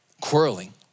quarreling